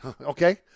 okay